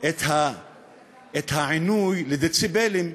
את העינוי לדציבלים.